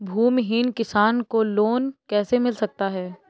भूमिहीन किसान को लोन कैसे मिल सकता है?